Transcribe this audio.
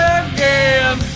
again